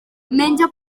menja